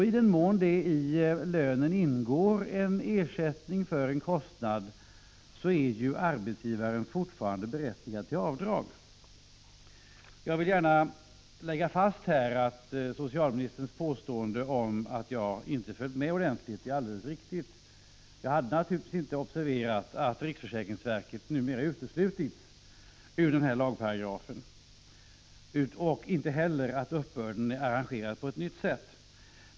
I den mån det i lönen ingår en ersättning för en kostnad är ju arbetsgivaren fortfarande berättigad till avdrag. Jag vill gärna lägga fast att socialministerns påstående att jag inte följt med ordentligt är alldeles riktigt. Jag hade naturligtvis inte observerat att riksförsäkringsverket uteslutits ur denna lagparagraf och inte heller att uppbörden är arrangerad på ett annat sätt.